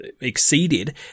exceeded